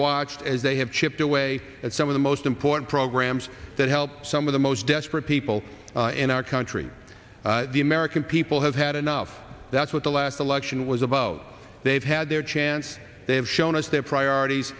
watched as they have chipped away at some of the most important programs that help some of the most desperate people in our country the american people have had enough that's what the last election was about they've had their chance they have shown us their priorities